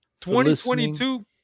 2022